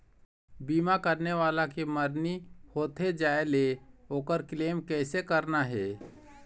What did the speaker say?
बीमा करने वाला के मरनी होथे जाय ले, ओकर क्लेम कैसे करना हे?